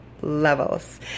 levels